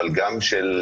אבל גם של